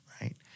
right